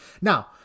Now